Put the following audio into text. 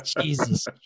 Jesus